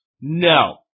No